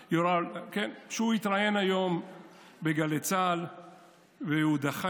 הוא התראיין היום בגלי צה"ל והוא דחה